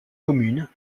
communes